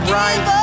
right